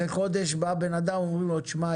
אחרי חודש בא בן אדם אומרים לו תשמע,